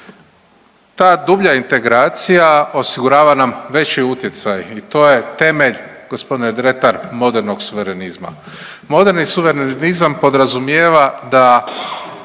Ta dublja integracija osigurava nam veći utjecaj i to je temelj gospodine Dretar modernog suverenizma. Moderni suverenizam podrazumijeva da